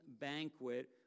banquet